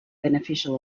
beneficial